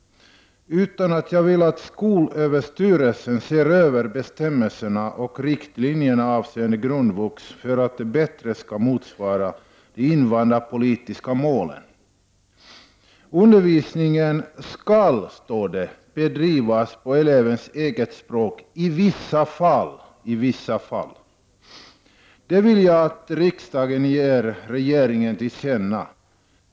Jag vill i stället att skolöverstyrelsen skall se över bestämmelserna och riktlinjerna avseende grundvux för att de bättre skall motsvara de invandrarpolitiska målen. Undervisningen skall bedrivas på elevens eget språk i vissa fall. Detta vill jag att riksdagen ger regeringen till känna.